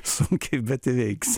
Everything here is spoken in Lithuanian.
sunkiai bet įveiks